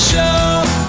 Show